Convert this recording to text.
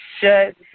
shut